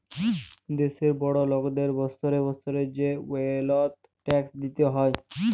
দ্যাশের বড় লকদের বসরে বসরে যে ওয়েলথ ট্যাক্স দিতে হ্যয়